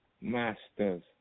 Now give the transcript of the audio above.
masters